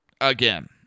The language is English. again